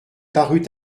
parut